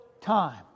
time